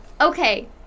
okay